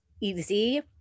easy